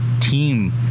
team